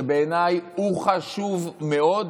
שבעיניי הוא חשוב מאוד.